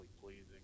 pleasing